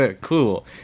cool